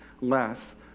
less